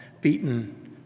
Beaten